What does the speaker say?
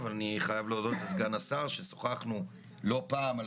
אבל אני חייב להודות לסגן השרה ששוחחנו לא פעם על